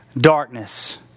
darkness